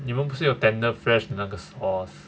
你们不是有 tender fresh 的那个 sauce